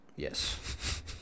yes